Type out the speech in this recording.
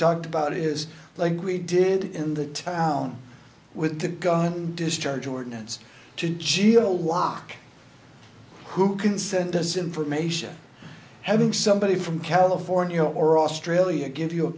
talked about is like we did in the town with a gun discharge ordinance to she'll walk who can send this information having somebody from california or australia give you